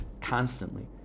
Constantly